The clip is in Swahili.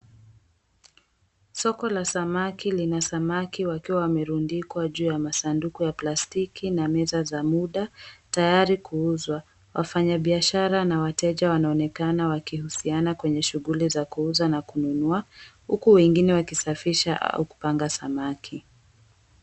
Soko la samaki, lina samaki wakiwa wamerundikwa juu ya masanduku ya plastiki na meza za muda, tayari kuuzwa. Wafanyabiashara na wateja wanaonekana wakihusiana kwenye shughuli za kuuza na kununua, huku wengine wakisafisha au kupanga samaki.